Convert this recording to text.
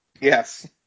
Yes